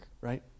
right